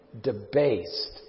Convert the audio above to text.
debased